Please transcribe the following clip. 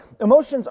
Emotions